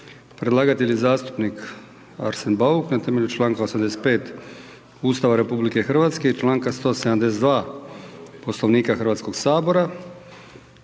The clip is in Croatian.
Predlagatelj je zastupnik Arsen Bauk na temelju članka 85. Ustava RH i članka 172. Poslovnika Hrvatskog sabora.